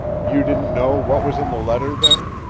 you didn't know what was in the letter then?